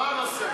מה הנושא?